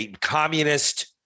communist